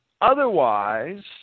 Otherwise